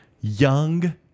young